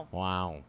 wow